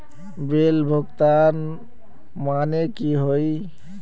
Bill भुगतान माने की होय?